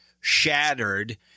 shattered